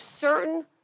certain